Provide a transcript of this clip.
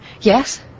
Yes